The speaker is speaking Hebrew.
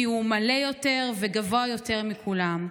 כי הוא מלא יותר וגבוה יותר מכולם.